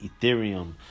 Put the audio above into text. Ethereum